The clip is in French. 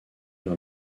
dans